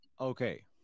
Okay